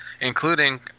including